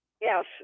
Yes